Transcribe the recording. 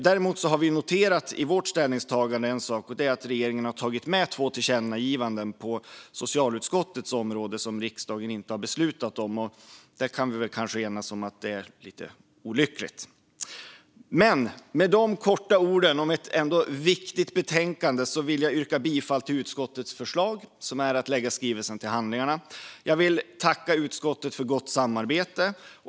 Däremot har vi noterat en sak i vårt ställningstagande, och det är att regeringen har tagit med två tillkännagivanden på socialutskottets område och som riksdagen inte har beslutat om. Och vi kan kanske enas om att det är lite olyckligt. Med dessa ord om ett viktigt betänkande vill jag yrka bifall till utskottets förslag om att lägga skrivelserna till handlingarna. Jag vill tacka utskottet för ett gott samarbete.